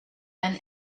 than